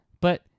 but-